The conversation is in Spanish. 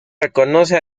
reconoce